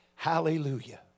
Hallelujah